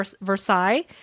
Versailles